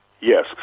yes